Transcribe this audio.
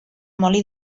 molí